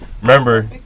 remember